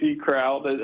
crowd